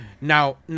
Now